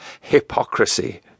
hypocrisy